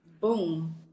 boom